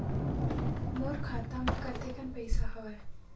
मोर खाता म कतेकन पईसा हवय?